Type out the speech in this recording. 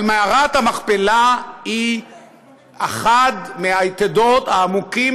אבל מערת המכפלה היא אחד מהיתדות העמוקים